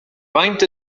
faint